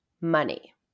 money